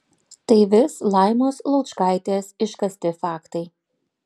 tai vis laimos laučkaitės iškasti faktai